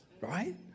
right